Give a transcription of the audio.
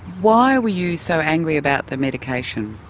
why were you so angry about the medication?